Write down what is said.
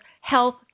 health